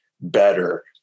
better